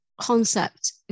concept